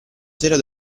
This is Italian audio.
sera